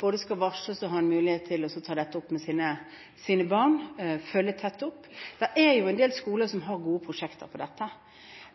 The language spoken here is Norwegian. både skal varsles og ha en mulighet til å ta dette opp med sine barn og følge tett opp. Det er en del skoler som har gode prosjekter på dette.